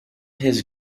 his